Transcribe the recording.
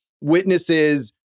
witnesses